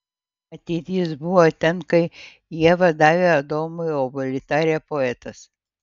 matyt jis buvo ten kai ieva davė adomui obuolį tarė poetas